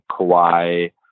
Kawhi